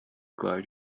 glad